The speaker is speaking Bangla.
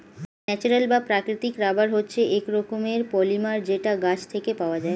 ন্যাচারাল বা প্রাকৃতিক রাবার হচ্ছে এক রকমের পলিমার যেটা গাছ থেকে পাওয়া যায়